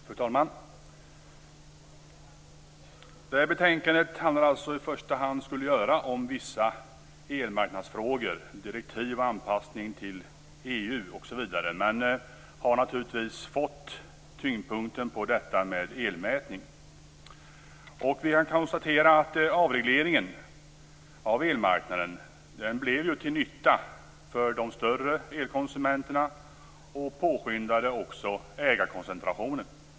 Fru talman! Det här betänkandet skulle i första hand handla om vissa elmarknadsfrågor, direktiv och anpassning till EU osv., men det har naturligtvis fått tyngdpunkten på frågan om elmätning. Vi kan konstatera att avregleringen av elmarknaden blev till nytta för de större elkonsumenterna och också påskyndade ägarkoncentrationen.